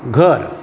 घर